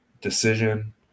decision